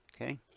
Okay